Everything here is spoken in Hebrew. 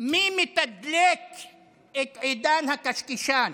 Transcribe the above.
מי מתדלק את עידן הקשקשן?